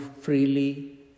freely